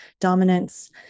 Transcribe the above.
dominance